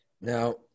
Now